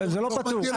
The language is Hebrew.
זה לא פטור.